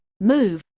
move